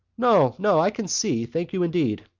no, no, i can see. thank you, indeed.